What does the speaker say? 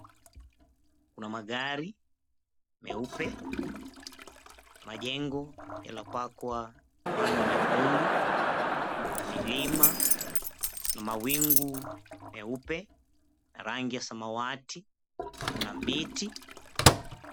Kuna magari meupe, majengo yaliyopakwa rangi nyekundu, kuna milima, kuna mawingu meupe na rangi ya samawati, kuna miti,